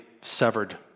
severed